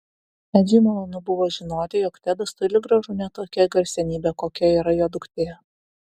edžiui malonu buvo žinoti jog tedas toli gražu ne tokia garsenybė kokia yra jo duktė